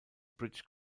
british